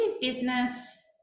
business